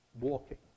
walking